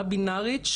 א-בינארית,